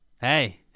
hey